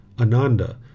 Ananda